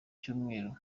cyumweru